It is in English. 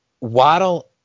Waddle